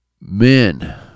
men